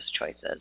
choices